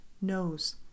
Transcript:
knows